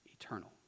eternal